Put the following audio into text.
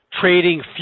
trading